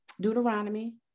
deuteronomy